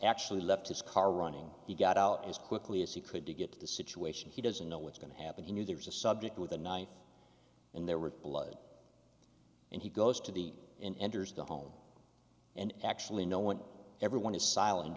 actually left his car running he got out as quickly as he could to get to the situation he doesn't know what's going to happen he knew there was a subject with a knife and there were blood and he goes to the and enters the home and actually know what everyone is silent